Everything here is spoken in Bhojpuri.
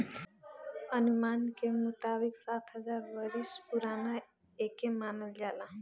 अनुमान के मुताबिक सात हजार बरिस पुरान एके मानल जाला